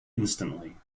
instantly